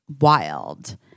wild